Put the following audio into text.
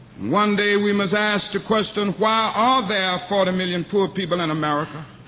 one day we must ask the question, why are there forty million poor people in america?